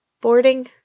boarding